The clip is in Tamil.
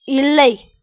இல்லை